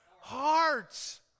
Hearts